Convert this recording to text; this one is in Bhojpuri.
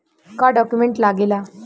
का डॉक्यूमेंट लागेला?